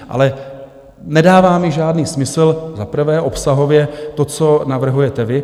Ale nedává mi žádný smysl za prvé obsahově to, co navrhujete vy.